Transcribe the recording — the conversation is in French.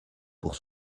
pour